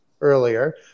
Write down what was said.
earlier